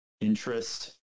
interest